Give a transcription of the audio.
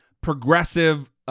progressive